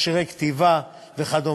מכשירי כתיבה וכדומה.